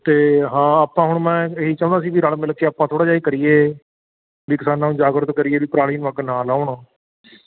ਅਤੇ ਹਾਂ ਆਪਾਂ ਹੁਣ ਮੈਂ ਇਹੀ ਚਾਹੁੰਦਾ ਸੀ ਕਿ ਰਲ ਮਿਲ ਕੇ ਆਪਾਂ ਥੋੜ੍ਹਾ ਜਿਹਾ ਇਹ ਕਰੀਏ ਵੀ ਕਿਸਾਨਾਂ ਨੂੰ ਜਾਗਰੂਕ ਕਰੀਏ ਵੀ ਪਰਾਲੀ ਨੂੰ ਅੱਗ ਨਾ ਲਾਉਣ